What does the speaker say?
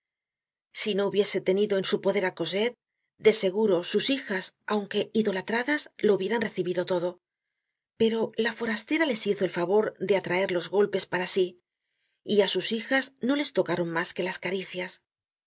si no hubiese tenido en su poder á cosette de seguro sus hijas aunque idolatradas lo hubieran recibido todo pero la forastera les hizo el favor de atraer los golpes para sí y á sus hijas no les tocaron mas que las caricias